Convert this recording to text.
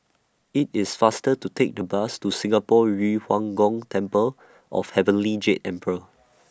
IT IS faster to Take The Bus to Singapore Yu Huang Gong Temple of Heavenly Jade Emperor